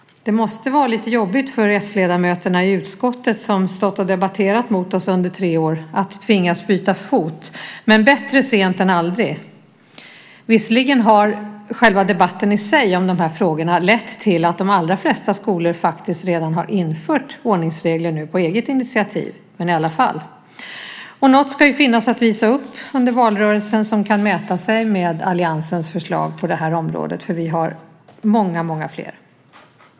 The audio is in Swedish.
Det måste vara lite jobbigt för s-ledamöterna i utskottet som stått och debatterat mot oss under tre år att tvingas byta fot, men bättre sent än aldrig. Visserligen har debatten i sig om de här frågorna lett till att de allra flesta skolor faktiskt redan har infört ordningsregler på eget initiativ, men i alla fall. Och något ska ju finnas att visa upp under valrörelsen som kan mäta sig med alliansens förslag på det här området, för vi har många, många fler.